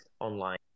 online